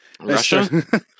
Russia